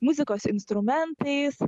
muzikos instrumentais